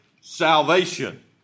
salvation